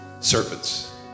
serpents